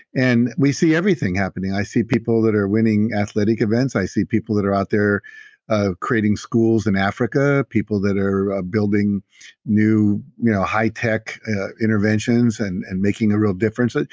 and we see everything happening. i see people that are winning athletic events. i see people that are out there ah creating schools in africa, people that are building new you know high-tech interventions and and making a real difference.